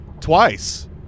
Twice